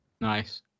Nice